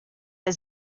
der